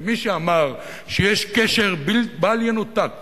ומי שאמר שיש קשר בל ינותק